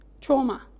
trauma